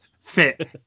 fit